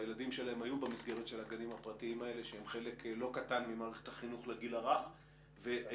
הגנים הפרטיים מהווים חלק לא קטן ממערכת החינוך לגיל הרך ועכשיו